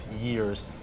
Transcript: years